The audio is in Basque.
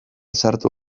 sartu